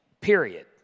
Period